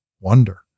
wonder